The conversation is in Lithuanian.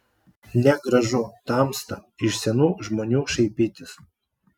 negražu tamsta iš senų žmonių šaipytis